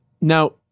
Now